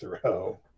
throw